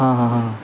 हां हां हां